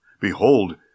Behold